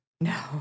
No